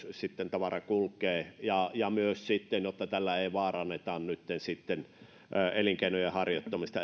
tavara kulkee ja ja myös sitten se että tällä ei vaaranneta nytten sitten elinkeinojen harjoittamista